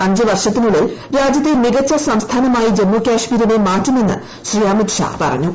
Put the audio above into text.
അഞ്ചുവർഷത്തിനുളളിൽരാജൃത്തെ മികച്ച സംസ്ഥാനമായി ജമ്മുകാശ്മീരിനെ മാറ്റുമെന്നമെന്ന് ശ്രീ അമിത്ഷാ പറഞ്ഞു